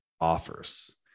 offers